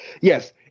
yes